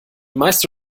meiste